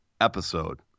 episode